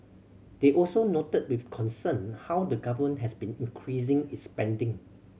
they also noted with concern how the Government has been increasing its spending